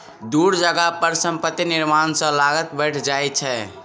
दूर जगह पर संपत्ति निर्माण सॅ लागत बैढ़ जाइ छै